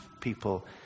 people